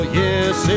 yes